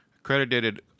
accredited